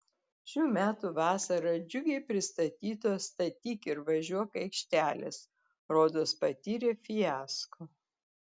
šių metų vasarą džiugiai pristatytos statyk ir važiuok aikštelės rodos patyrė fiasko